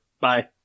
Bye